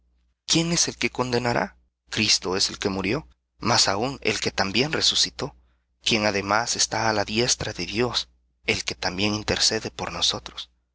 quién es el que condenará cristo es el que murió más aún el que también resucitó quien además está á la diestra de dios el que también intercede por nosotros